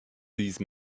these